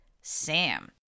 Sam